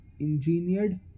engineered